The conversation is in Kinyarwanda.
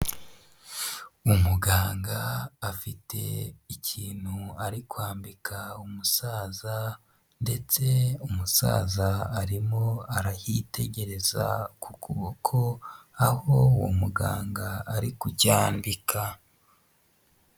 Umuganga afite ikintu ari kwambika umusaza ndetse umusaza arimo arahitegereza ku kuboko, aho uwo muganga ari kucyambika.